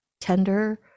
tender